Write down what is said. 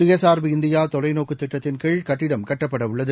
சுயசார்பு இந்தியா தொலைநோக்கு திட்டத்தின் கீழ் கட்டிடம் கட்டப்படவுள்ளது